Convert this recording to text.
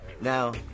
Now